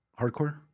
hardcore